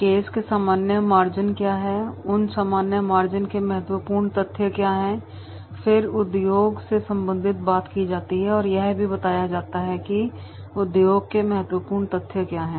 case के सामान्य margin क्या है उन सामान्य मार्जिन के महत्वपूर्ण तथ्य क्या है फिर उद्योग से संबंधित बात की जाती है और यह भी बताया जाता है कि उद्योग के महत्वपूर्ण तथ्य क्या है